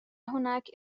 هناك